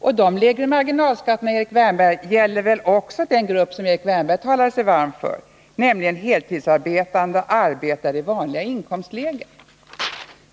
Och de lägre marginalskatterna, Erik Wärnberg, gäller väl också den grupp som Erik Wärnberg talar så varmt för, nämligen heltidsarbetande i vanliga inkomstlägen?